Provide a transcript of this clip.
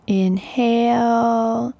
inhale